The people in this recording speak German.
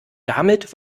damit